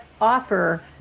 offer